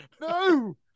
No